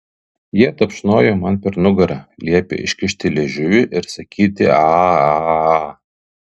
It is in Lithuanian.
jie tapšnojo man per nugarą liepė iškišti liežuvį ir sakyti aaa